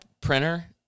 printer